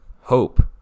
hope